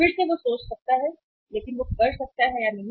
फिर से वह सोच सकता है लेकिन वह कर सकता है या नहीं